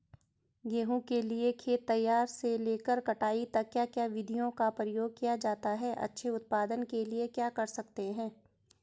गेहूँ के लिए खेत तैयार से लेकर कटाई तक क्या क्या विधियों का प्रयोग किया जाता है अच्छे उत्पादन के लिए क्या कर सकते हैं?